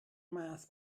math